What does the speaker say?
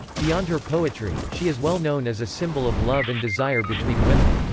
beyond her poetry, she is well known as a symbol of love and desire between women.